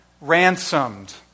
ransomed